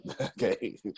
Okay